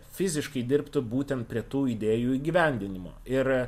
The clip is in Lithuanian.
fiziškai dirbtų būtent prie tų idėjų įgyvendinimo ir